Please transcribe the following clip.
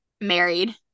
married